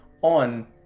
on